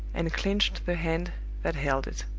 and clinched the hand that held it.